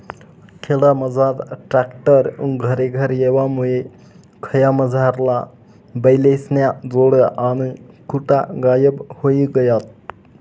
खेडामझार ट्रॅक्टर घरेघर येवामुये खयामझारला बैलेस्न्या जोड्या आणि खुटा गायब व्हयी गयात